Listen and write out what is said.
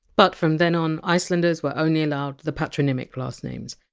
but from then on, icelanders were only allowed the patronymic last names.